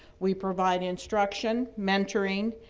we provide instruction, mentoring,